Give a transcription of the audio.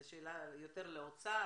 זו שאלה יותר לאוצר,